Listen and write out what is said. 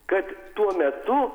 kad tuo metu